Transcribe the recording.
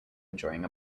enjoying